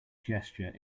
gesture